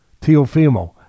Teofimo